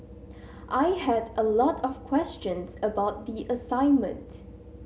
I had a lot of questions about the assignment